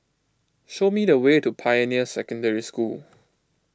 show me the way to Pioneer Secondary School